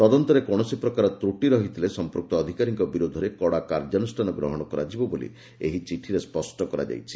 ତଦନ୍ତରେ କୌଣସି ପ୍ରକାର ତ୍ରଟି ରହିଥିଲେ ସମ୍ପୃକ୍ତ ଅଧିକାରୀଙ୍କ ବିରୋଧରେ କଡ଼ା କାର୍ଯ୍ୟାନୁଷ୍ଠାନ ଗ୍ରହଣ କରାଯିବ ବୋଲି ଏହି ଚିଠିରେ ସ୍ୱଷ୍ଟ କରାଯାଇଛି